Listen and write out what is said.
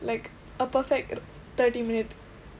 like a perfect thirty minute